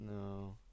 No